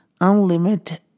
unlimited